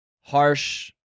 Harsh